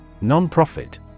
Non-profit